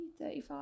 35